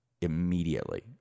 immediately